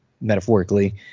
metaphorically